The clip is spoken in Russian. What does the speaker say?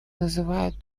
называют